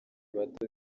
bato